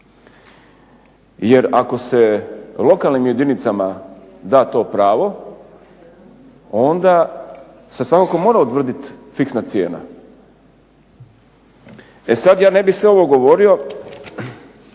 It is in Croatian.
jer ako se lokalnim jedinicama da to pravo onda se svakako mora utvrditi fiksna cijena. E sad ja ne bih sve ovo govorio